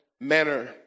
manner